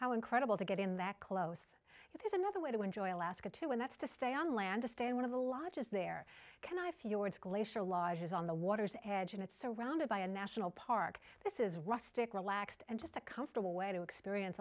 how incredible to get in that close but there's another way to enjoy alaska to one that's to stay on land to stay in one of the lodges there can i fjords glacier lodges on the water's edge and it's surrounded by a national park this is rustic relaxed and just a comfortable way to experience